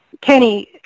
Kenny